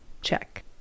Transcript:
Check